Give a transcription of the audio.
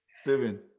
Steven